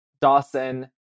Dawson